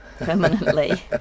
permanently